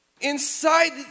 Inside